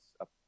up